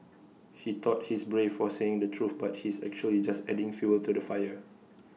he thought he's brave for saying the truth but he's actually just adding fuel to the fire